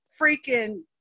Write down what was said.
freaking